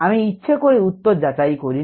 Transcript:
আমি ইচ্ছে করে উত্তর যাচাই করিনি